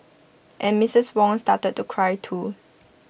and Mistress Wong started to cry too